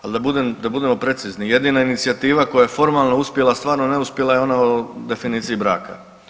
Al da budem, da budemo precizni, jedina inicijativa koja je formalno uspjela, stvarno neuspjela je ona o definiciji braka.